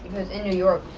in new york.